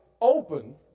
open